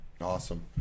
awesome